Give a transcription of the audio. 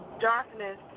darkness